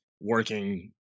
working